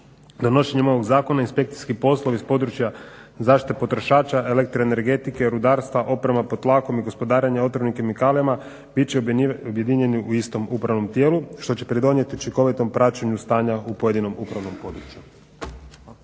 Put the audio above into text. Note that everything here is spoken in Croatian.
Donošenjem ovog zakona inspekcijski poslovi iz područja zaštite potrošača, elektroenergetike, rudarstva, oprema pod tlakom i gospodarenja otrovnim kemikalijama bit će objedinjeni u istom upravnom tijelu što će pridonijeti učinkovitom praćenju stanja u pojedinom upravnom području.